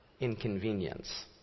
inconvenience